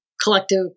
collective